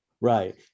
Right